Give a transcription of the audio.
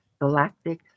galactic